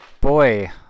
Boy